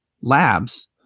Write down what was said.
labs